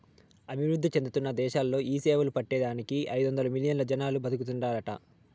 అభివృద్ధి చెందుతున్న దేశాలలో ఈ సేపలు పట్టే దానికి ఐదొందలు మిలియన్లు జనాలు బతుకుతాండారట